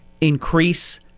increase